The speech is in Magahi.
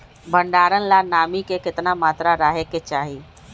भंडारण ला नामी के केतना मात्रा राहेके चाही?